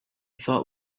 thought